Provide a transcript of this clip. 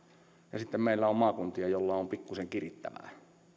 ja sitten meillä on maakuntia joilla on pikkuisen kirittävää